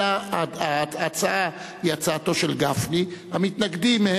אלא ההצעה היא הצעתו של גפני והמתנגדים הם